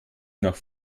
nach